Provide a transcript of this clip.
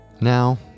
Now